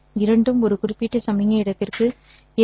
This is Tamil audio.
இரண்டும் ஒரு குறிப்பிட்ட சமிக்ஞை இடத்திற்கு எஸ்